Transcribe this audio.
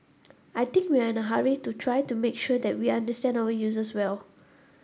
I think we are in a hurry to try to make sure that we understand our users well